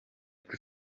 plus